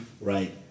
Right